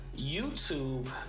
YouTube